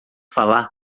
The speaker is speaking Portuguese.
falar